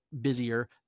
busier